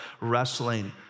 wrestling